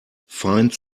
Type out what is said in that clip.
fine